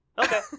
Okay